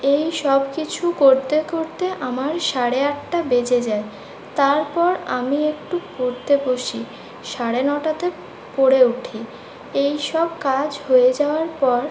এই সব কিছু করতে করতে আমার সাড়ে আটটা বেজে যায় তারপর আমি একটু পড়তে বসি সাড়ে নটাতে পড়ে উঠি এইসব কাজ হয়ে যাওয়ার পর